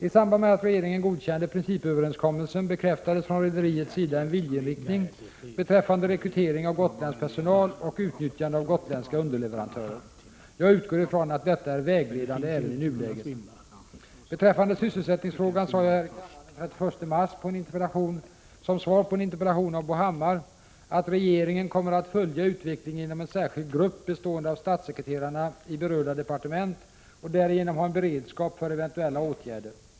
I samband med att regeringen godkände principöverenskommelsen bekräftades från rederiets sida en viljeinriktning beträffande rekrytering av gotländsk personal och utnyttjande av gotländska underleverantörer. Jag utgår från att detta är vägledande även i nuläget. Beträffande sysselsättningsfrågan sade jag här i kammaren den 31 mars som svar på en interpellation av Bo Hammar att regeringen kommer att följa utvecklingen genom en särskild grupp bestående av statssekreterarna i berörda departement och därigenom ha en beredskap för eventuella åtgärder.